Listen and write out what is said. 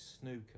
snooker